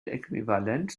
äquivalent